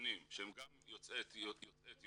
מהקטינים שהם גם יוצאי אתיופיה,